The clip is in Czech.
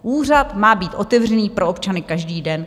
Úřad má být otevřený pro občany každý den.